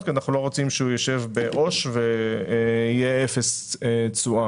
כי אנחנו לא רוצים שהוא ישב בעו"ש ותהיה אפס תשואה.